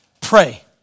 Pray